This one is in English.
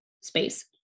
space